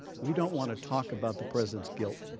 we don't want to talk about the president's guilt.